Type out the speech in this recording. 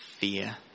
Fear